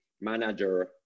manager